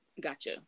gotcha